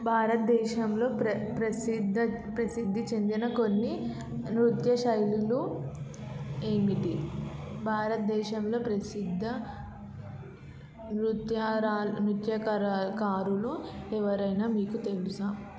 భారతదేశంలో ప్రసిద్ధ ప్రసిద్ధి చెందిన కొన్ని నృత్య శైలిలు ఏమిటి భారతదేశంలో ప్రసిద్ధ నృత్యరాలు నృత్యకరా కారులు ఎవరైనా మీకు తెలుసా